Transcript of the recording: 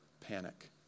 panic